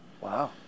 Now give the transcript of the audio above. Wow